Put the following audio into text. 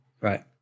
Right